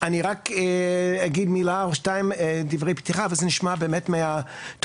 אני רק אגיד מילה או שתיים דברי פתיחה ואז נשמע באמת מהתושבים.